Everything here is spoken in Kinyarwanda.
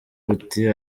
buti